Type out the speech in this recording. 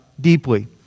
deeply